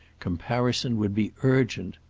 comparison would be urgent.